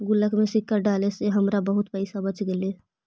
गुल्लक में सिक्का डाले से हमरा बहुत पइसा बच गेले